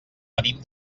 venim